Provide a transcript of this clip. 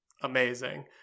amazing